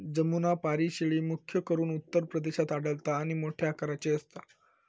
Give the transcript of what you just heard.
जमुनापारी शेळी, मुख्य करून उत्तर प्रदेशात आढळता आणि मोठ्या आकाराची असता